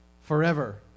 Forever